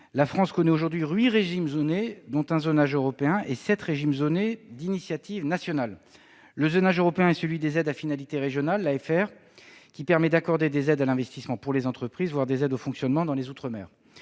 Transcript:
la France connaît aujourd'hui huit régimes zonés, dont un zonage européen et sept régimes zonés d'initiative nationale. Le zonage européen est celui des aides à finalité régionale, les AFR, qui permet d'accorder des aides à l'investissement aux entreprises, voire des aides au fonctionnement dans les outre-mer.